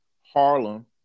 Harlem